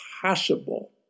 possible